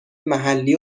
محلی